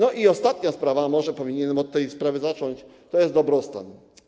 Ostatnia sprawa, może powinienem od tej sprawy zacząć: to dobrostan.